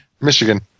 Michigan